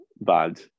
bad